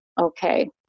okay